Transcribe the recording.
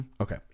Okay